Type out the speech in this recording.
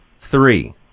three